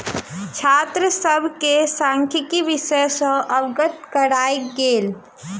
छात्र सभ के सांख्यिकी विषय सॅ अवगत करायल गेल